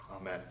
Amen